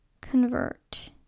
Convert